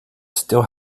still